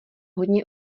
hodně